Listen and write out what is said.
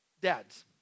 Dads